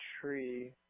tree